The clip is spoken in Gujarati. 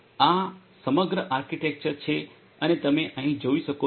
અને આ સમગ્ર આર્કિટેક્ચર છે અને તમે અહીં જોઈ શકો છો